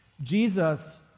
Jesus